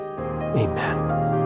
Amen